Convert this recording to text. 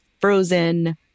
frozen